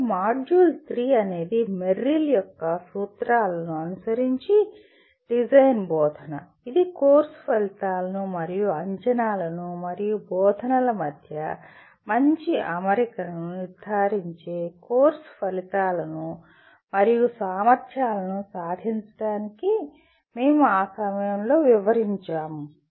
మరియు మాడ్యూల్ 3 అనేది మెర్రిల్ యొక్క సూత్రాలను అనుసరించి డిజైన్ బోధన ఇది కోర్సు ఫలితాలను మరియు అంచనాలను మరియు బోధనల మధ్య మంచి అమరికను నిర్ధారించే కోర్సు ఫలితాలను మరియు సామర్థ్యాలను సాధించడానికి మేము ఆ సమయంలో వివరించాము